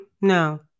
No